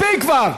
מספיק כבר.